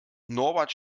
norbert